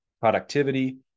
productivity